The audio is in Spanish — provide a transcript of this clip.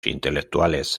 intelectuales